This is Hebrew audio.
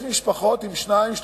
יש משפחות עם שניים,